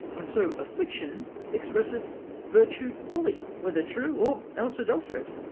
and so affliction expresseth virtue fully, whether true, or else adulterate.